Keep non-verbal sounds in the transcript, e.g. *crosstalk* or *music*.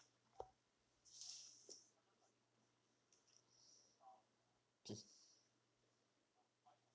*coughs*